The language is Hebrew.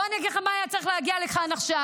בוא אני אגיד לך מה היה צריך להגיע לכאן עכשיו.